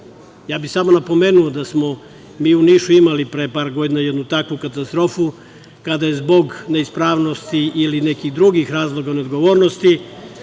čak ne radi. Napomenuo bih da smo mi u Nišu imali pre par godina jednu takvu katastrofu, a kada je zbog neispravnosti ili nekih drugih razloga, neodgovornosti,